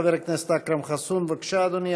חבר הכנסת אכרם חסון, בבקשה, אדוני.